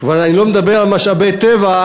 כבר אני לא מדבר על משאבי טבע,